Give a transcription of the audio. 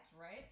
right